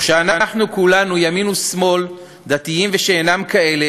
וכשאנחנו כולנו, ימין ושמאל, דתיים ושאינם כאלה,